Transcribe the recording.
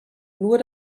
nur